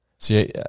See